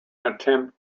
attempt